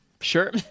Sure